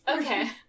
Okay